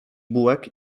bułek